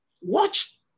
Watch